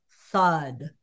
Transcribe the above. thud